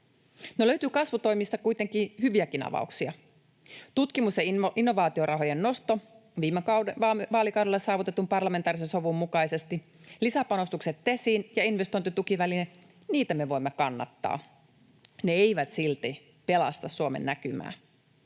löytyy kasvutoimista kuitenkin hyviäkin avauksia. Tutkimus- ja innovaatiorahojen nosto viime vaalikaudella saavutetun parlamentaarisen sovun mukaisesti, lisäpanostukset TESiin ja investointitukiväline — niitä me voimme kannattaa. Ne eivät silti pelasta Suomen näkymää.